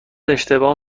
اشتباه